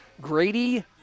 Grady